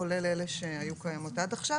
כולל אלה שהיו קיימות עד עכשיו,